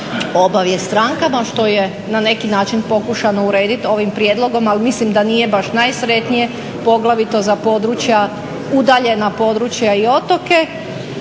obavijest strankama što je na neki način pokušano urediti ovim prijedlogom, ali mislim da nije baš najsretnije poglavito za udaljena područja i otoke.